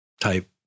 type